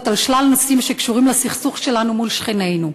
על שלל נושאים שקשורים לסכסוך שלנו מול שכנינו,